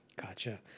Gotcha